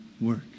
work